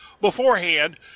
beforehand